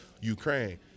ukraine